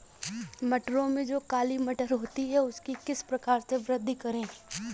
मटरों में जो काली मटर होती है उसकी किस प्रकार से वृद्धि करें?